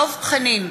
דב חנין,